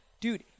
Dude